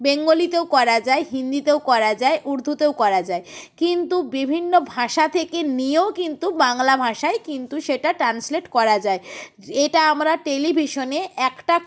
বেঙ্গলিতেও করা যায় হিন্দিতেও করা যায় উর্দুতেও করা যায় কিন্তু বিভিন্ন ভাষা থেকে নিয়েও কিন্তু বাংলা ভাষায় কিন্তু সেটা ট্রান্সলেট করা যায় এটা আমরা টেলিভিশনে একটা